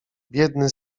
biedny